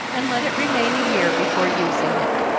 and let it remain a year before using it.